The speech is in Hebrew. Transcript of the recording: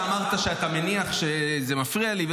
אמרת שאתה מניח שזה מפריע לי,